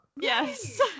yes